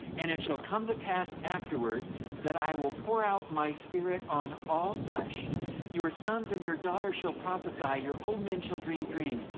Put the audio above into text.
and it shall come to pass afterward that i will pour out my spirit on all flesh your sons and your daughters shall prophesy, your old men shall dream dreams,